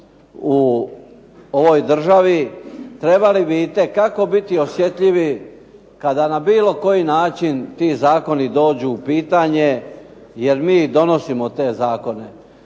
u ovoj državi trebali bi itekako biti osjetljivi kada na bilo koji način ti zakoni dođu u pitanje, jer mi donosimo te zakone.